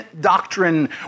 doctrine